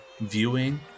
viewing